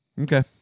Okay